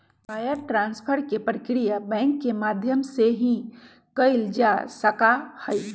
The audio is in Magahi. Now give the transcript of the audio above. वायर ट्रांस्फर के प्रक्रिया बैंक के माध्यम से ही कइल जा सका हई